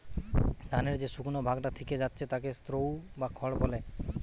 ধানের যে শুকনো ভাগটা থিকে যাচ্ছে তাকে স্ত্রও বা খড় বলে